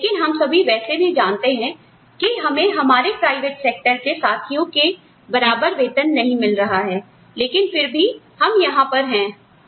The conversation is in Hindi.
लेकिन हम सभी वैसे भी जानते हैं कि हमें हमारे प्राइवेट सेक्टर के साथियों के बराबर वेतन नहीं मिल रहा है लेकिन फिर भी हम यहां पर हैं